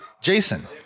Jason